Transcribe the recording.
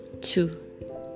Two